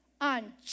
on